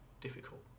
difficult